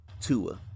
Tua